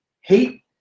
hate